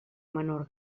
menor